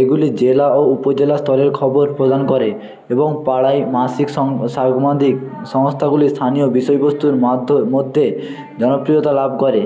এগুলি জেলা ও উপজেলা স্তরের খবর প্রদান করে এবং পাড়ায় মাসিক সর্বাধিক সংস্থাগুলি স্থানীয় বিষয়বস্তুর মাধ্য মধ্যে জনপ্রিয়তা লাভ করে